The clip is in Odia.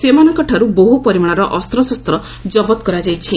ସେମାନଙ୍କଠାରୁ ବହୁପରିମାଣର ଅସ୍ତ୍ରଶସ୍ତ୍ର ଜବତ କରାଯାଇଛି